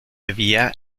vía